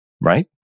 right